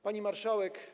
Pani Marszałek!